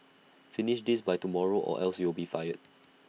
finish this by tomorrow or else you'll be fired